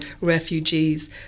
refugees